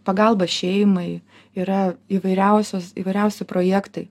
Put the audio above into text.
pagalba šeimai yra įvairiausios įvairiausi projektai